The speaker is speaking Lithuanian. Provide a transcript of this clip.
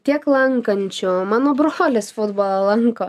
tiek lankančių mano brolis futbolą lanko